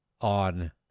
on